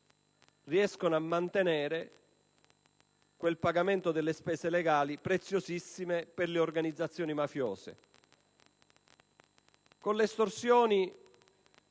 riesce a sostenere il pagamento delle spese legali, preziosissimo per le organizzazioni mafiose.